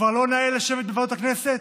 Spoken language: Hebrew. כבר לא נאה לשבת בוועדות הכנסת?